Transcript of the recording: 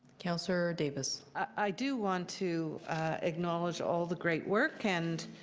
councillor davis i do want to acknowledge all the great work and